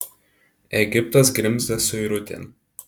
egiptas grimzta suirutėn